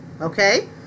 Okay